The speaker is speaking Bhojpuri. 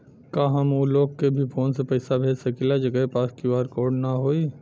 का हम ऊ लोग के भी फोन से पैसा भेज सकीला जेकरे पास क्यू.आर कोड न होई?